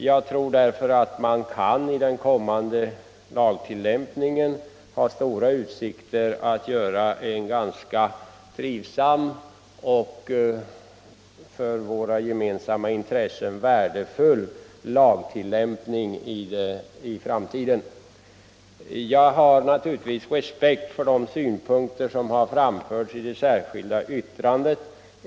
Jag tror därför att man har stora möjligheter att göra den kommande lagtillämpningen ganska trivsam och värdefull för våra gemensamma intressen i framtiden. Jag har naturligtvis respekt för de synpunkter som framförts i det särskilda yttrandet.